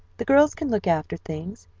the girls can look after things,